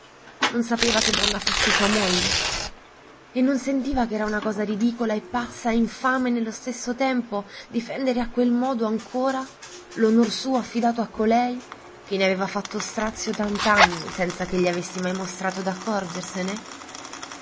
non sapeva che donna fosse sua moglie e non sentiva ch'era una cosa ridicola e pazza e infame nello stesso tempo difender a quel modo ancora l'onor suo affidato a colei che ne aveva fatto strazio tant'anni senza che egli avesse mai mostrato d'accorgersene